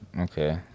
okay